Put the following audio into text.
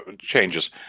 changes